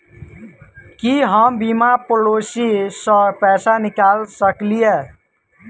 की हम बीमा पॉलिसी सऽ पैसा निकाल सकलिये?